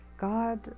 God